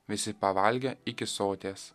visi pavalgė iki soties